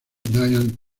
diane